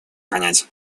понять